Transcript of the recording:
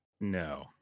No